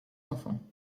enfants